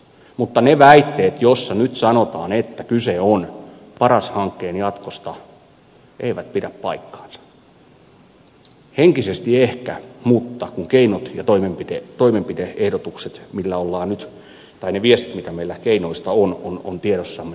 mutta ne väitteet joissa nyt sanotaan että kyse on paras hankkeen jatkosta eivät pidä paikkaansa henkisesti ehkä mutta kun ne viestit mitä keinoista on ovat meillä tiedossamme